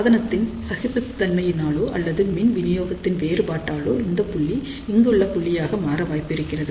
சாதனத்தின் சகிப்புத்தன்மையினாலோ அல்லது மின் விநியோகத்தின் வேறுபாட்டாலோ இந்தப் புள்ளி இங்குள்ள புள்ளியாக மாற வாய்ப்பிருக்கிறது